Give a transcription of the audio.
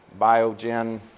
Biogen